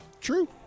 True